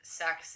sex